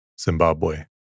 Zimbabwe